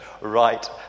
right